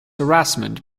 harassment